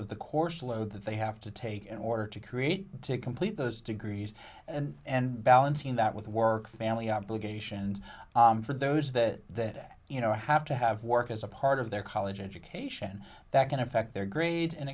of the course load that they have to take in order to create to complete those degrees and and balancing that with work family obligations for those that you know have to have work as a part of their college education that can affect their grade and